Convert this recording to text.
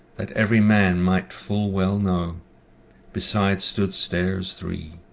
that every man might full well know beside stood starres three.